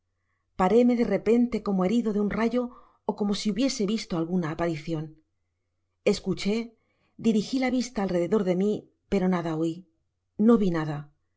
paróme dfr repente como herido de un rayo ó como si hubiese visto alguna aparicion escuché dirigi la vista alrededor de mi pero nada oi no vi nada